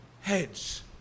heads